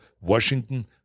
Washington